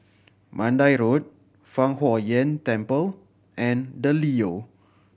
Mandai Road Fang Huo Yuan Temple and The Leo